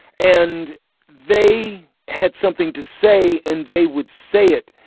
and they had something to say, and they would say it.